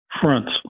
fronts